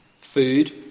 Food